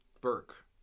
Burke